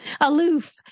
aloof